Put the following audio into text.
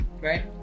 right